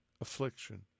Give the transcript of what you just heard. affliction